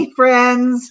friends